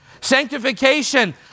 Sanctification